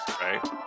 right